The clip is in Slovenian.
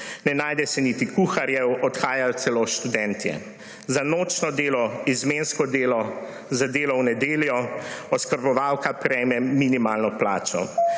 Ne najde se niti kuharjev, odhajajo celo študentje. Za nočno delo, izmensko delo, za delo v nedeljo oskrbovalka prejme minimalno plačo.